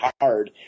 hard